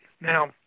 Now